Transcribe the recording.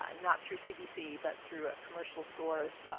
ah not through cdc, but through a commercial source.